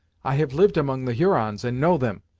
i have lived among the hurons, and know them.